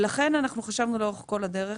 לכן חשבנו לאורך כל הדרך,